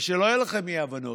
ושלא יהיו לכם אי-הבנות,